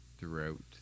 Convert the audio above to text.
Throughout